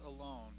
alone